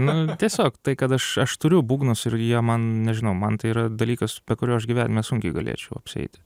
nu tiesiog tai kad aš aš turiu būgnus ir jie man nežinau man tai yra dalykas be kurio aš gyvenime sunkiai galėčiau apsieiti